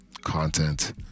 content